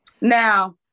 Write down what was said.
Now